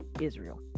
Israel